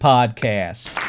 Podcast